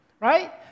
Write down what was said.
Right